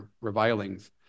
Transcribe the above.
revilings